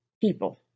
people